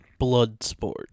Bloodsport